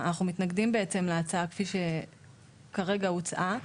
מתנגדים בעצם להצעה כפי שהיא כרגע הוצעה.